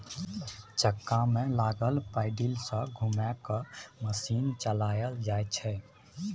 चक्का में लागल पैडिल सँ घुमा कय मशीन चलाएल जाइ छै